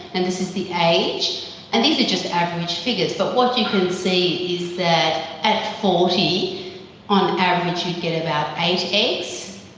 and this is the age. and these are just average figures, but what you can see is that at forty on average you'd get about eight eggs.